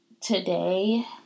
Today